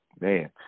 Man